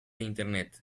internet